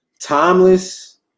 Timeless